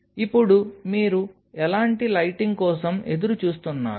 ఇప్పుడు మీరు ఎలాంటి లైటింగ్ కోసం ఎదురు చూస్తున్నారు